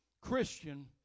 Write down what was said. Christian